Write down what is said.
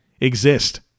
exist